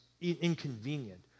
inconvenient